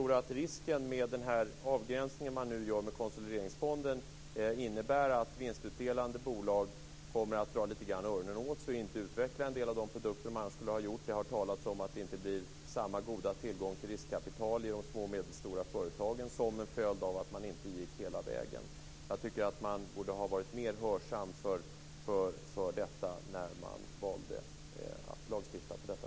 Risken med avgränsningen av konsolideringsfonden är att vinstutdelande bolag kommer att dra öronen åt sig och inte utveckla en del av de produkter de annars skulle utvecklat. Det har talats om att det inte blir samma goda tillgång till riskkapital i de små och medelstora företagen, som en följd av att man inte gick hela vägen. Man borde ha varit mer lyhörd för det när man valde att lagstifta.